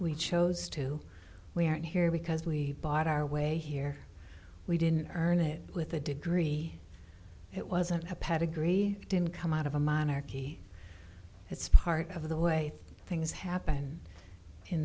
we chose to we are here because we bought our way here we didn't earn it with a degree it wasn't a pedigree it didn't come out of a monarchy it's part of the way things happen in